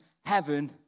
heaven